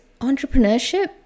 entrepreneurship